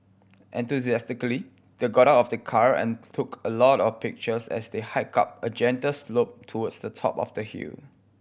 enthusiastically they got out of the car and took a lot of pictures as they hiked up a gentle slope towards the top of the hill